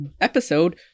Episode